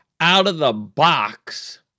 out-of-the-box